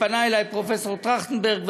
פנה אלי פרופסור טרכטנברג,